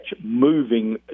moving